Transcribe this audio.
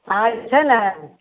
कागज छै ने